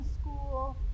school